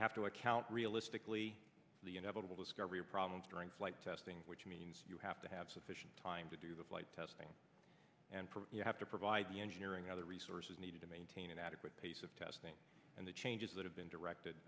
have to account realistically the inevitable discovery problems during flight testing which means you have to have sufficient time to do the flight testing and you have to provide the engineering other resources needed to maintain an adequate pace of testing and the changes that have been directed